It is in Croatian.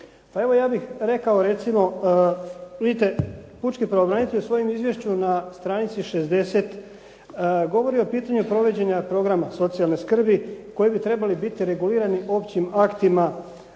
Pa evo, ja bih rekao recimo, vidite pučki pravobranitelj u svojem izvješću na stranici 60. govori o pitanju provođenja programa socijalne skrbi koji bi trebali biti regulirani općim aktima